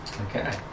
Okay